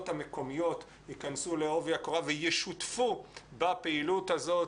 המקומיות יכנסו לעובי הקורה וישותפו בפעילות הזאת,